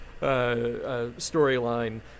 storyline